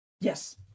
Yes